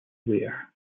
wear